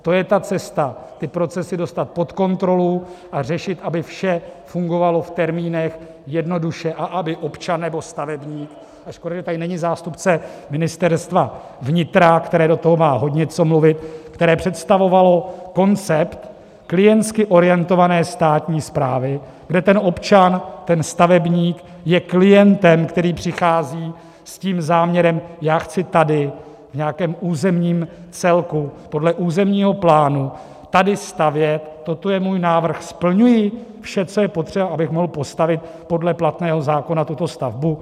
To je ta cesta ty procesy dostat pod kontrolu a řešit, aby vše fungovalo v termínech, jednoduše a aby občan nebo stavebník a škoda, že tady není zástupce Ministerstva vnitra, které do toho má hodně co mluvit, které představovalo koncept klientsky orientované státní správy, kde ten občan, ten stavebník je klientem, který přichází s tím záměrem: já chci tady v nějakém územním celku podle územního plánu tady stavět, toto je můj návrh splňuji vše, co je potřeba, abych mohl postavit podle platného zákona tuto stavbu?